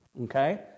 Okay